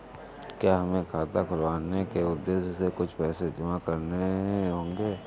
क्या हमें खाता खुलवाने के उद्देश्य से कुछ पैसे जमा करने होंगे?